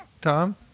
Tom